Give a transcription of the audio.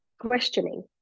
questioning